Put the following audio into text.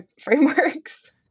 frameworks